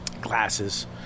Glasses